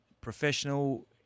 professional